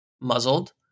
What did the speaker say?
muzzled